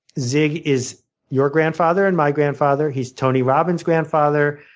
zig is your grandfather and my grandfather. he's tony robbins' grandfather.